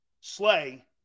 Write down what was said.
Slay